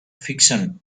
fiction